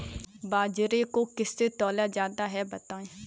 बाजरे को किससे तौला जाता है बताएँ?